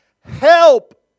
help